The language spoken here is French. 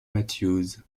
mathews